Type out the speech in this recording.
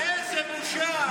איזה בושה.